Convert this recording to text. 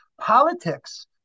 Politics